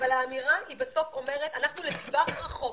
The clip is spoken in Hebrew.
אבל האמירה אומרת שאנחנו לטווח רחוק,